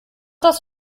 das